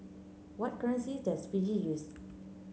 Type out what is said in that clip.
what currency does Fiji use